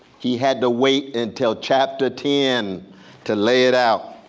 he had to wait until chapter ten to lay it out,